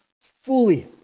fully